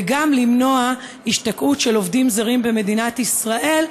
וגם למנוע השתקעות של עובדים זרים במדינת ישראל.